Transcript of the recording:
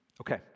Okay